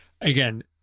Again